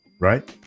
right